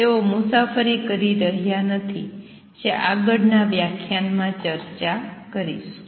તેઓ મુસાફરી કરી રહ્યા નથી જે આગળના વ્યાખ્યાનમાં ચર્ચા કરીશું